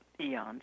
eons